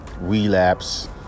relapse